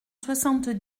soixante